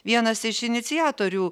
vienas iš iniciatorių